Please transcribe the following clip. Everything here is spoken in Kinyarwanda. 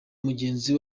mugenzi